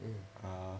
hmm